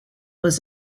was